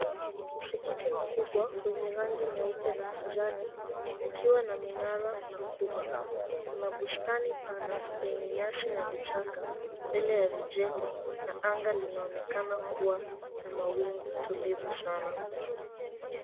Msikiti mkubwa wenye rangi nyeupe na kijani ukiwa na minara na kuba, kuna bustani pana yenye nyasi na vichaka mbele ya mijengo na anga linaonekana kuwa na mawingu tulivu sana.